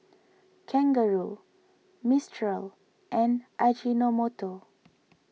Kangaroo Mistral and Ajinomoto